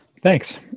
Thanks